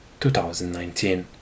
2019